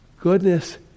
goodness